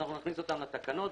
נכניס אותם לתקנות.